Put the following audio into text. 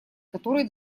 которые